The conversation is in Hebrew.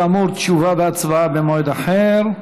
כאמור, תשובה והצבעה במועד אחר.